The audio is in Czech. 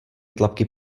tlapky